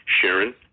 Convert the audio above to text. sharon